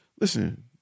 listen